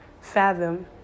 fathom